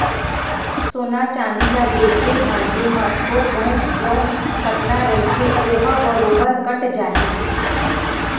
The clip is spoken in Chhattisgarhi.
सोना चांदी ल बेंचे भांजे म थोक बहुत जउन कटना रहिथे ओहा बरोबर कट जाही